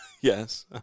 Yes